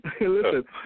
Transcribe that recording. Listen